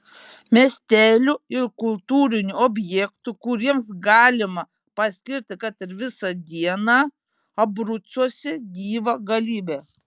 miestelių ir kultūrinių objektų kuriems galima paskirti kad ir visą dieną abrucuose gyva galybė